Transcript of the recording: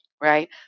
right